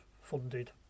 funded